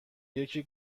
یکی